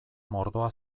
mordoa